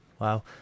Wow